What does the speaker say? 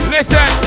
Listen